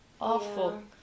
Awful